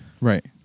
Right